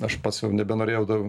aš pats nebenorėjau da